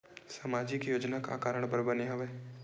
सामाजिक योजना का कारण बर बने हवे?